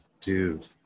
dude